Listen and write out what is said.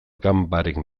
ganbaren